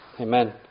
Amen